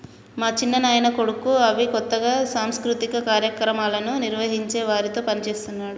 మా చిన్నాయన కొడుకు అవి కొత్తగా సాంస్కృతిక కార్యక్రమాలను నిర్వహించే వారితో పనిచేస్తున్నాడు